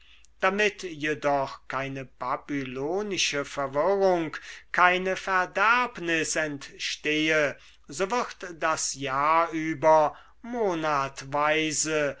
damit jedoch keine babylonische verwirrung keine verderbnis entstehe so wird das jahr über monatweise